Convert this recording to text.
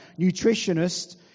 nutritionist